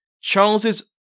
Charles's